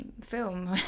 film